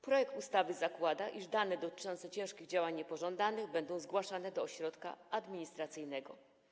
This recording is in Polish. Projekt ustawy zakłada, iż dane dotyczące ciężkich działań niepożądanych będą zgłaszane do ośrodka administracyjnego.